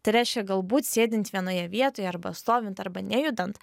tai reiškia galbūt sėdint vienoje vietoje arba stovint arba nejudant